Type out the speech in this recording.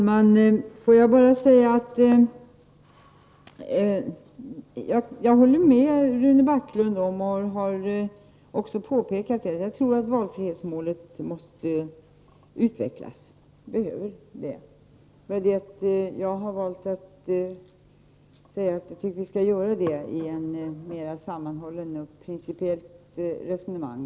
Herr talman! Jag håller med Rune Backlund, och jag har också tidigare påpekat det, om att valfrihetsmålet måste utvecklas. Men jag har valt att säga att jag tycker att vi skall göra det i ett mera sammanhållet och principiellt resonemang.